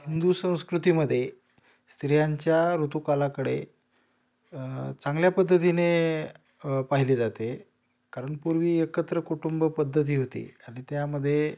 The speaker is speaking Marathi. हिंदू संस्कृतीमध्ये स्त्रियांच्या ऋतूकालाकडे चांगल्या पद्धतीने पाहिले जाते कारण पूर्वी एकत्र कुटुंब पद्धती होती आणि त्यामधे